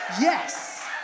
Yes